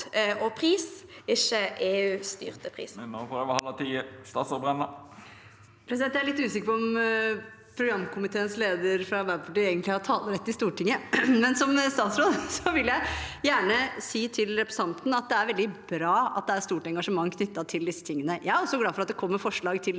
og pris, ikke EU-styrte priser. Statsråd Tonje Brenna Jeg er litt usikker på om programkomiteens leder fra Arbeiderpartiet egentlig har talerett i Stortinget, men som statsråd vil jeg gjerne si til representanten at det er veldig bra at det er stort engasjement knyttet til disse tingene. Jeg er også glad for at det kommer forslag til